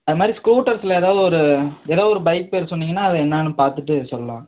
அந்த மாதிரி ஸ்கூட்டர்ஸ்சில் ஏதாவது ஒரு ஏதாவது ஒரு பைக் பேர் சொன்னீங்கன்னால் அது என்னென்னு பார்த்துட்டு சொல்லலாம்